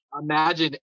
imagine